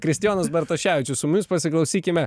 kristijonas bartoševičius sūnus pasiklausykime